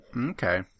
Okay